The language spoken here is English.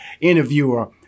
interviewer